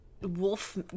wolf